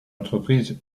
entreprise